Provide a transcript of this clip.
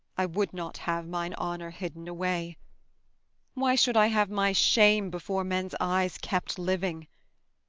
i would not have mine honour hidden away why should i have my shame before men's eyes kept living?